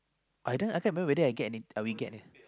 either I can't remember whether I get any we get any